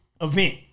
event